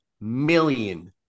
million